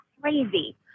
crazy